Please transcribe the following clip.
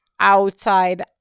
outside